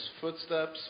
footsteps